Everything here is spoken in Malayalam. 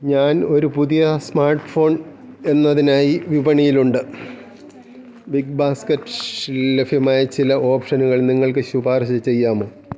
ഞാൻ ഒരു പുതിയ സ്മാർട്ട്ഫോൺ എന്നതിനായി വിപണിയിലുണ്ട് ബിഗ് ബാസ്ക്കറ്റ്ൽ ലഭ്യമായ ചില ഓപ്ഷനുകൾ നിങ്ങൾക്ക് ശുപാർശ ചെയ്യാമോ